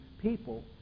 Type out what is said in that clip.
people